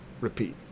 repeat